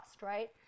right